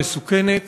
מסוכנת,